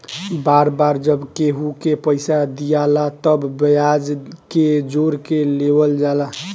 बार बार जब केहू के पइसा दियाला तब ब्याज के जोड़ के लेवल जाला